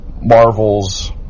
Marvel's